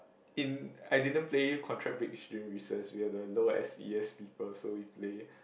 in I didn't play contract bridge during recess together we are the low S_E_S people so we play